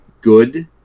good